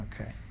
Okay